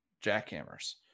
jackhammers